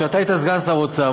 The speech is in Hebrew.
כשאתה היית סגן שר אוצר,